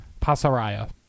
Pasaraya